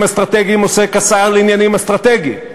אסטרטגיים עוסק השר לעניינים אסטרטגיים.